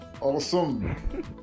Awesome